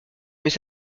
mais